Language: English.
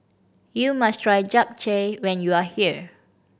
you must try Japchae when you are here